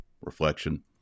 reflection